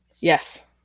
Yes